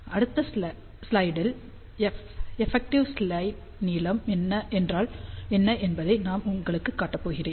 அடுத்த ஸ்லைடில் effective slot நீளம் என்றால் என்ன என்று நான் உங்களுக்குக் காட்டப் போகிறேன்